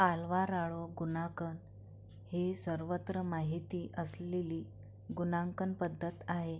Alvarado गुणांकन ही सर्वत्र माहिती असलेली गुणांकन पद्धत आहे